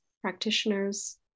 practitioners